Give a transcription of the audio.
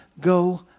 go